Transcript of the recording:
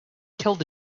killed